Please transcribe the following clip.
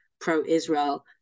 pro-Israel